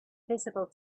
visible